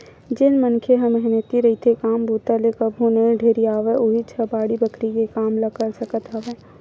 जेन मनखे ह मेहनती रहिथे, काम बूता ले कभू नइ ढेरियावय उहींच ह बाड़ी बखरी के काम ल कर सकत हवय